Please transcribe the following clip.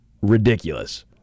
ridiculous